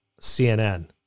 CNN